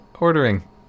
ordering